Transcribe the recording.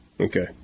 Okay